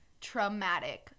traumatic